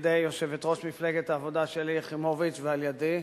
על-ידי יושבת-ראש מפלגת העבודה שלי יחימוביץ ועל-ידי,